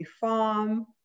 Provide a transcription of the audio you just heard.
farm